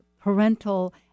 parental